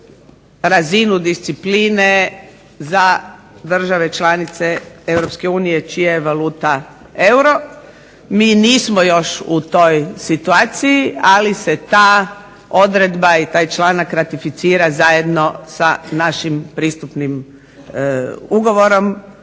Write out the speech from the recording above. razinu discipline za države članice EU čija je valuta euro. Mi nismo još u toj situaciji ali se ta odredba i taj članak ratificira zajedno sa našim pristupnim ugovorom